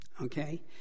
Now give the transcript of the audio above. Okay